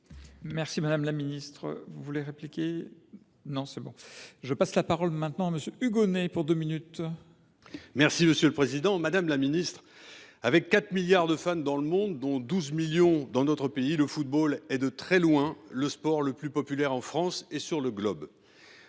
Madame la ministre, avec 4 milliards de fans dans le monde, dont 12 millions dans notre pays, le football est, de très loin, le sport le plus populaire en France et sur le globe.